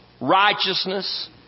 Righteousness